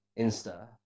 Insta